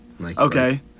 Okay